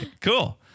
Cool